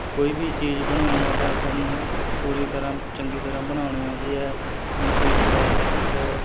ਕੋਈ ਵੀ ਚੀਜ਼ ਬਣਾਉਣੀ ਹੈ ਤਾਂ ਸਾਨੂੰ ਪੂਰੀ ਤਰ੍ਹਾਂ ਚੰਗੀ ਤਰ੍ਹਾਂ ਬਣਾਉਣੀ ਆਉਂਦੀ ਹੈ ਮਸ਼ੀਨ ਸ਼ੋਪ ਦੇ ਵਿੱਚ